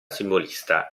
simbolista